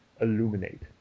illuminate